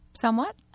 Somewhat